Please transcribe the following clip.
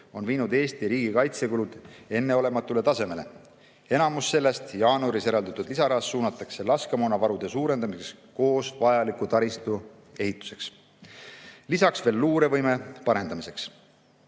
on viinud Eesti riigi kaitsekulud enneolematule tasemele. Enamus jaanuaris eraldatud lisarahast suunatakse laskemoonavarude suurendamiseks ja taristu ehituseks, lisaks veel luurevõime parendamiseks.